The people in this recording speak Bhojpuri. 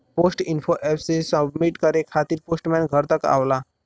पोस्ट इन्फो एप से सबमिट करे खातिर पोस्टमैन घर तक आवला